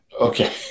Okay